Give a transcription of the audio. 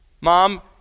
Mom